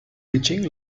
teaching